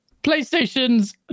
PlayStation's